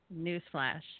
Newsflash